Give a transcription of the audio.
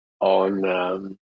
on